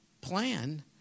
plan